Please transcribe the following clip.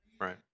right